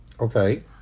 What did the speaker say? okay